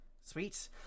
sweet